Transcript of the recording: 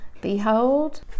behold